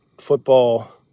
football